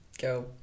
go